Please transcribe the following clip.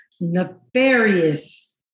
nefarious